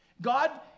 God